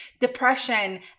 depression